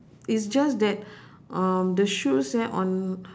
is just that um the shoes eh on